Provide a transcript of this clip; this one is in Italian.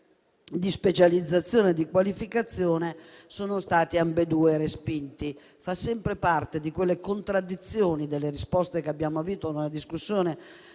di specializzazione e di qualificazione sono stati ambedue respinti. Ciò fa sempre parte di quelle contraddizioni nelle risposte che abbiamo ricevuto, in una discussione